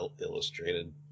illustrated